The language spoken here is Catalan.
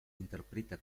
interpreta